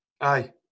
Aye